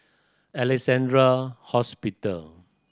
Alexandra Hospital